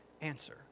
answer